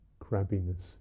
crabbiness